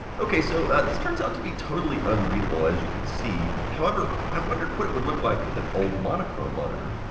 ok, so this turns out to be totally unreadable, as you can see. however, i wondered what it would look like with an old monochrome monitor.